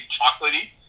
chocolatey